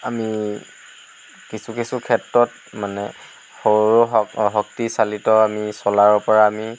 আমি কিছু কিছু ক্ষেত্ৰত মানে সৌৰ শক্তি চালিত আমি ছলাৰৰ পৰা আমি